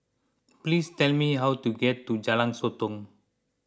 please tell me how to get to Jalan Sotong